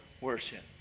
worship